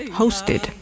hosted